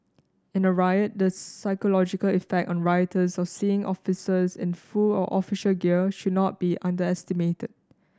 in a riot the psychological effect on rioters of seeing officers in full or official gear should not be underestimated